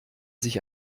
sich